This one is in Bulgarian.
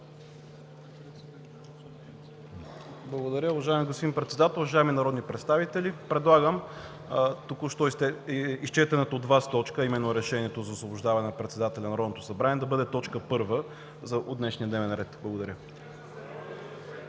Благодаря. Уважаеми господин Председател, уважаеми народни представители! Предлагам току-що изчетената от Вас точка, а именно Решението за освобождаване на председателя на Народното събрание, да бъде точка първа от днешния дневен ред.